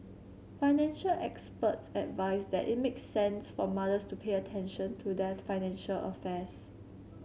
financial experts advise that it makes sense for mothers to pay attention to their financial affairs